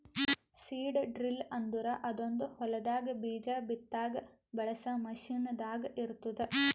seed drill ಅಂದುರ್ ಅದೊಂದ್ ಹೊಲದಾಗ್ ಬೀಜ ಬಿತ್ತಾಗ್ ಬಳಸ ಮಷೀನ್ ದಾಗ್ ಇರ್ತ್ತುದ